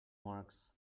marks